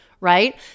right